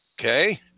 Okay